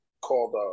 called